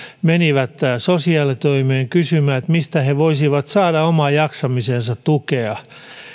menivät sosiaalitoimeen kysymään mistä he voisivat saada omaan jaksamiseensa tukea